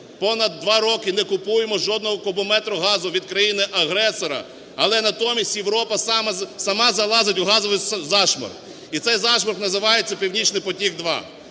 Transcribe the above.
понад два роки не купуємо жодного кубометру газу від країни-агресора, але натомість Європа сама залазить у газовий зашморг і цей зашморг називається "Північний потік-2".